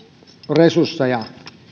resursseja